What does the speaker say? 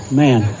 man